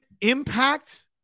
impact